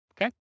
okay